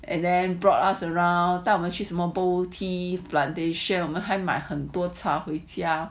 and then brought us around 带我们去什么 Boh tea plantation 还买很多茶回家